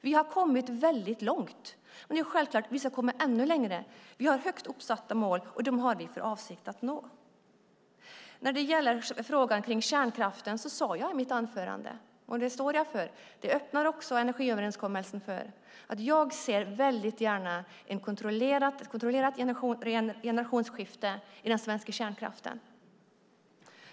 Vi har kommit väldigt långt, men vi ska självklart komma ännu längre. Vi har högt uppsatta mål, och dem har vi för avsikt att nå. När det gäller frågan om kärnkraften sade jag i mitt anförande att jag gärna ser ett kontrollerat generationsskifte i den svenska kärnkraften. Det står jag för, och det öppnar också energiöverenskommelsen för.